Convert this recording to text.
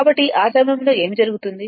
కాబట్టి ఆ సమయంలో ఏమి జరుగుతుంది